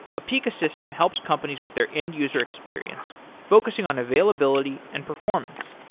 apica system helps companies with their end user experience focusing on availability and performance.